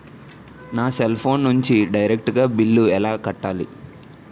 నా cell phone నుంచి direct గా బిల్లు ఎలా కట్టాలి?